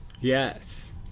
Yes